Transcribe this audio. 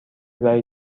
برای